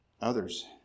Others